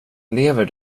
lever